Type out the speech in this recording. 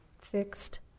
fixed